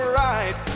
right